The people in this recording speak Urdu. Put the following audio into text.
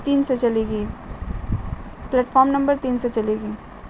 تین سے چلے گی پلیٹفام نمبر تین سے چلے گی